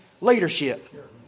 leadership